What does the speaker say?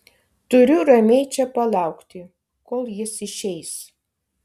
turiu ramiai čia palaukti kol jis išeis